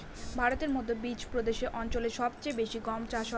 ভারতের মধ্যে বিচপ্রদেশ অঞ্চলে সব চেয়ে বেশি গম চাষ হয়